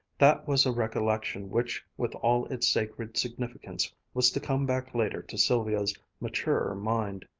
that was a recollection which with all its sacred significance was to come back later to sylvia's maturer mind.